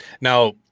Now